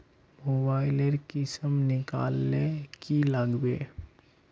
Mobile लेर किसम निकलाले की लागबे?